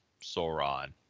Sauron